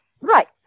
Right